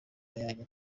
yanjye